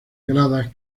gradas